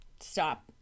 stop